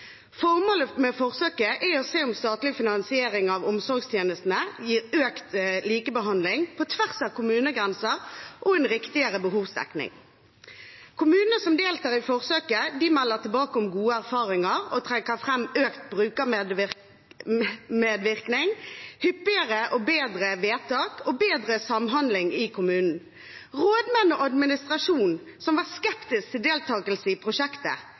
Formålet med forsøket er å se om statlig finansiering av omsorgstjenestene gir økt likebehandling på tvers av kommunegrenser og en riktigere behovsdekning. Kommunene som deltar i forsøket, melder tilbake om gode erfaringer og trekker fram økt brukermedvirkning, hyppigere og bedre vedtak og bedre samhandling i kommunen. Rådmenn og administrasjon, som var skeptisk til deltakelse i prosjektet,